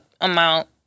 amount